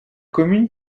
commune